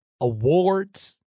awards